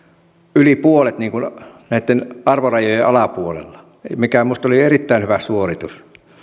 yli puolet näitten arvorajojen alapuolella mikä minusta oli erittäin hyvä suoritus